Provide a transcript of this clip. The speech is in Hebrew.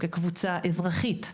כחברה אזרחית,